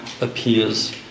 appears